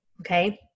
okay